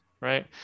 right